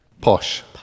Posh